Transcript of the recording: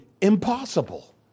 impossible